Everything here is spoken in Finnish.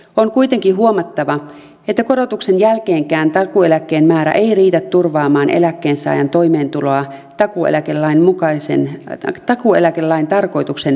on kuitenkin huomattava että korotuksen jälkeenkään takuueläkkeen määrä ei riitä turvaamaan eläkkeensaajan toimeentuloa takuueläkelain tarkoituksen mukaisesti